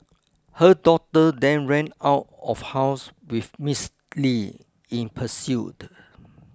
her daughter then ran out of house with Miss Li in pursuit